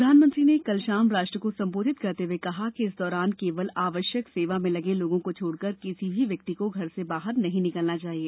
प्रधानमंत्री ने कल शाम राष्ट्र को संबोधित करते हुए कहा कि इस दौरान केवल आवश्यक सेवा में लगे लोगों को छोड़कर किसी भी व्यक्ति को घर से बाहर नहीं निकलना चाहिए